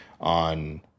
on